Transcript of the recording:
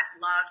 love